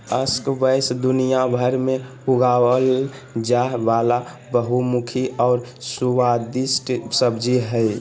squash दुनियाभर में उगाल जाय वला बहुमुखी और स्वादिस्ट सब्जी हइ